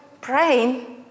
praying